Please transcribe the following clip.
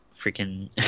freaking